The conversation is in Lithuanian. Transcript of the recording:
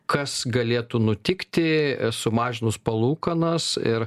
kas galėtų nutikti sumažinus palūkanas ir